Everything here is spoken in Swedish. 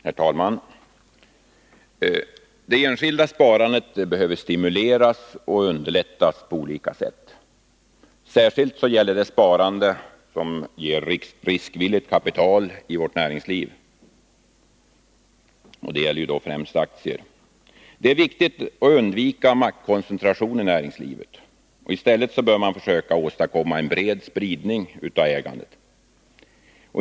Herr talman! Det enskilda sparandet behöver stimuleras och underlättas på olika sätt. Det gäller särskilt sparande som ger riskvilligt kapital i vårt näringsliv, främst sparande i aktier. Det är viktigt att man undviker maktkoncentration i näringslivet och försöker åstadkomma en bred spridning av ägandet.